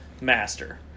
master